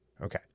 Okay